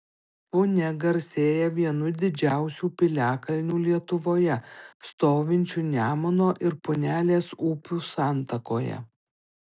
punia garsėja vienu didžiausių piliakalnių lietuvoje stovinčiu nemuno ir punelės upių santakoje